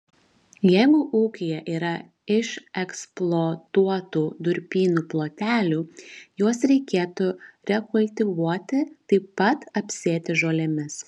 jeigu ūkyje yra išeksploatuotų durpynų plotelių juos reikėtų rekultivuoti taip pat apsėti žolėmis